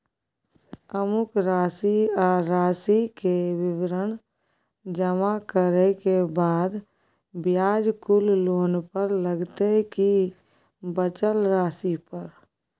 अमुक राशि आ राशि के विवरण जमा करै के बाद ब्याज कुल लोन पर लगतै की बचल राशि पर?